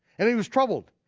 and he was troubled,